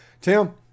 Tim